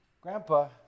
Grandpa